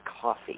coffee